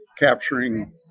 capturing